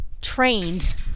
trained